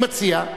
אני מציע,